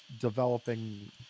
developing